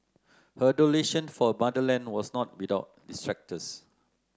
her adulation for her motherland was not without detractors